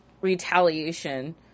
retaliation